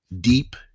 deep